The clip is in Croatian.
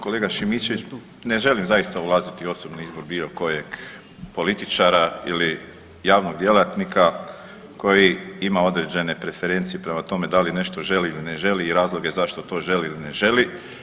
Kolega Šimičević, ne želim zaista ulaziti u osobni izbor bilo kojeg političara ili javnog djelatnika koji ima određene preferencije prema tome da li nešto želi ili ne želi i razloge zašto to želi ili ne želi.